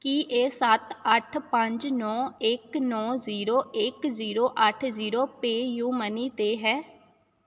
ਕੀ ਇਹ ਸੱਤ ਅੱਠ ਪੰਜ ਨੌਂ ਇੱਕ ਨੌਂ ਜ਼ੀਰੋ ਇੱਕ ਜ਼ੀਰੋ ਅੱਠ ਜ਼ੀਰੋ ਪੇਯੂ ਮਨੀ 'ਤੇ ਹੈ